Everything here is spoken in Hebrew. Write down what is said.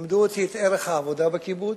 לימדו אותי את ערך העבודה בקיבוץ,